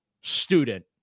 student